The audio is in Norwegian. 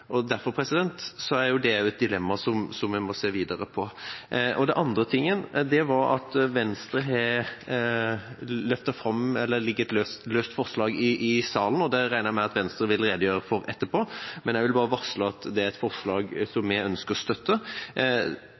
Derfor er dette et dilemma vi må se videre på. Det andre er at Venstre har et løst forslag, og det regner jeg med at Venstre vil redegjøre for etterpå. Jeg vil bare varsle at det er et forslag vi ønsker å støtte.